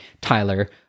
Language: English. Tyler